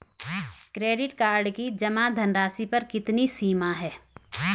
Credit card की जमा धनराशि पर कितनी सीमा है?